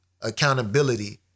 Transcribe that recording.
accountability